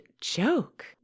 joke